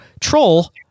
troll